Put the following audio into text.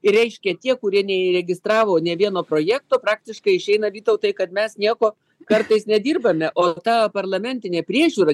ir reiškia tie kurie neįregistravo nė vieno projekto praktiškai išeina vytautai kad mes nieko kartais nedirbame o ta parlamentinė priežiūra